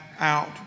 out